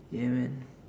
ya man